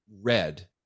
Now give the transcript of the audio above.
red